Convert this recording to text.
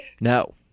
No